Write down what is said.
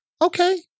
Okay